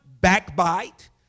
backbite